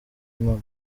impamo